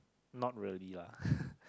not really lah